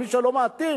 למי שלא מתאים,